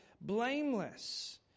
blameless